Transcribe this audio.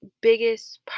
biggest